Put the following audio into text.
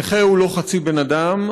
נכה הוא לא חצי בן אדם,